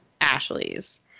Ashley's